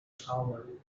tower